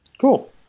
Cool